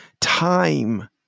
time